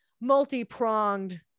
multi-pronged